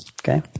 Okay